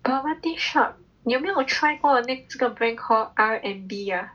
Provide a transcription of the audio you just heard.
bubble tea shop 你有没有 try 过那这个 brand called R&B ah